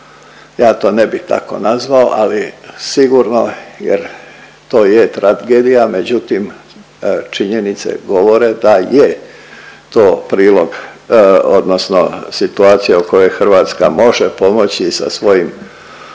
Ja to ne bih tako nazvao, ali sigurno jer to je tragedija, međutim činjenice govore da je to prilog odnosno situacija u kojoj Hrvatska može pomoći sa svojim